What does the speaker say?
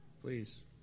please